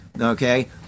Okay